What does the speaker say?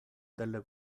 delle